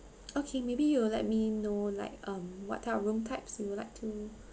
okay maybe you will let me know like um what type of room types you would like to